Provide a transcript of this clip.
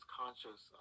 conscious